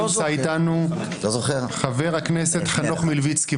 חבר הכנסת דוידסון לא נמצא איתנו; חבר הכנסת חנוך מלביצקי,